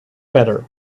better